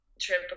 trip